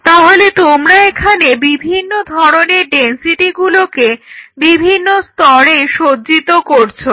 তাহলে তোমরা এখানে বিভিন্ন ধরনের ডেনসিটিগুলোকে বিভিন্ন স্তরে সজ্জিত করছো